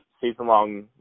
season-long